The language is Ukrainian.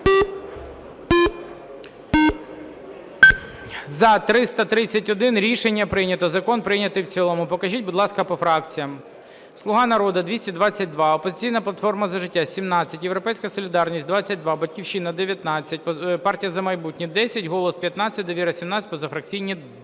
За-331 Рішення прийнято. Закон прийнятий в цілому. Покажіть, будь ласка, по фракціях. "Слуга народу" – 222, "Опозиційна платформа – За життя" – 17, "Європейська солідарність" – 22, "Батьківщина" – 19, "Партія "За майбутнє" – 10, "Голос"– 15, "Довіра" – 17, позафракційні